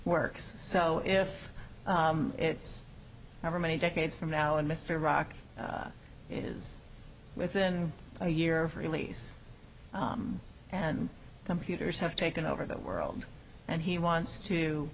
works so if it's over many decades from now and mr rock it is within a year of release and computers have taken over the world and he wants to